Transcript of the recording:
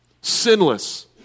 Sinless